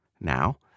Now